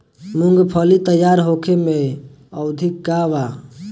मूँगफली तैयार होखे के अवधि का वा?